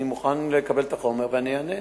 אני מוכן לקבל את החומר ואענה.